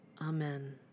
Amen